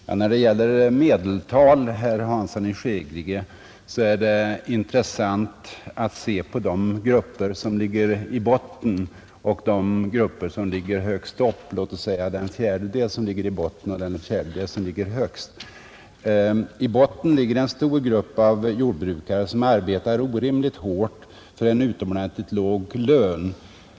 Herr talman! När det gäller medeltal, herr Hansson i Skegrie, är det mest intressant att se på de grupper som ligger i botten och de grupper som ligger högst upp — låt oss säga den fjärdedel som ligger lägst och den fjärdedel som ligger högst. I botten ligger en stor grupp jordbrukare som arbetar orimligt hårt för en utomordentligt låg lön.